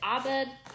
Abed